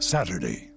Saturday